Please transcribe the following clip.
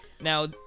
Now